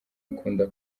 akunda